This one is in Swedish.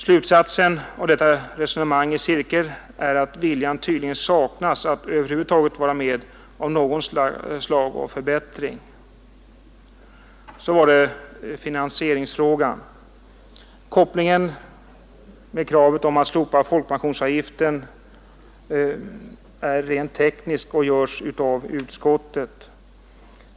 Slutsatsen av detta resonemang i cirkel är att viljan tydligen saknas att över huvud taget vara med på något slag av förbättring. Så var det finansieringsfrågan. Kopplingen med kravet på slopande av folkpensionsavgiften är rent teknisk och görs av utskottet.